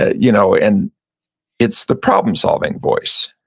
ah you know and it's the problem solving voice,